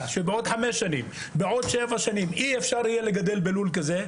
שבעוד 5-7 שנים אי אפשר לגדל גידול כזה,